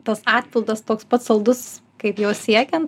tas atpildas toks pat saldus kaip jo siekian